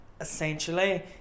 essentially